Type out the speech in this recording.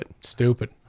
Stupid